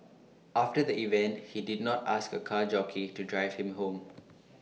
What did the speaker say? after the event he did not ask A car jockey to drive him home